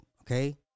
okay